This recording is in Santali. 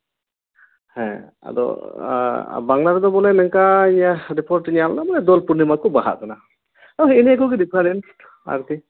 ᱦᱮᱸ ᱟᱫᱚ ᱵᱟᱝᱞᱟ ᱨᱮᱫᱚ ᱵᱚᱞᱮ ᱱᱤᱝᱠᱟᱧ ᱨᱤᱯᱳᱴ ᱧᱟᱢᱮᱱᱟ ᱢᱟᱱᱮ ᱫᱳᱞᱯᱩᱨᱱᱤᱢᱟ ᱨᱮᱠᱚ ᱵᱟᱦᱟᱜ ᱠᱟᱱᱟ ᱟᱫᱚ ᱦᱮᱜᱼᱮ ᱱᱤᱭᱟᱹ ᱠᱚᱜᱮ ᱰᱤᱯᱷᱟᱨᱮᱱᱴ ᱟᱨᱠᱤ